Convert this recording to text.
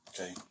Okay